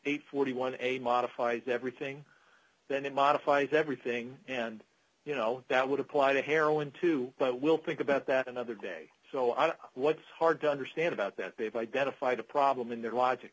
and forty one a modified everything then unmodified everything and you know that would apply to heroin too but we'll think about that another day so i was hard to understand about that they've identified a problem in their logic